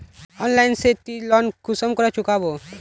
Online से ती loan कुंसम करे चुकाबो?